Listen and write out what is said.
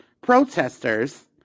protesters